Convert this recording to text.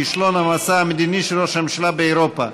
כישלון המסע המדיני של ראש הממשלה באירופה.